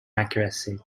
accuracy